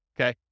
okay